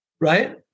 Right